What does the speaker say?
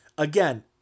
Again